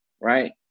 right